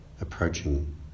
approaching